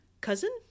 cousin